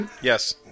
Yes